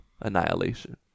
annihilation